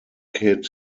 hit